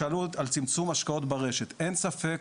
שאלו על צמצום השקעות ברשת, אין ספק